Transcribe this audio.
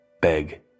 beg